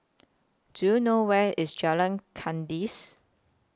Do YOU know Where IS Jalan Kandis